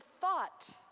thought